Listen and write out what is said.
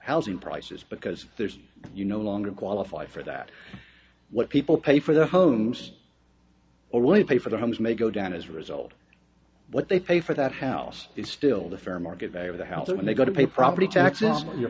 housing prices because there's you no longer qualify for that what people pay for their homes or will you pay for the homes may go down as a result what they pay for that house is still the fair market value of the house so when they go to pay property taxes your